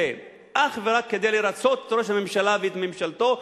אך ורק כדי לרצות את ראש הממשלה ואת ממשלתו,